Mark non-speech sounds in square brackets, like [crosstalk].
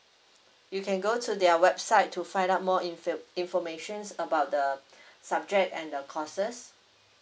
you can go to their website to find out more info~ information about the [breath] subject and the courses